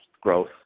growth